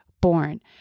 born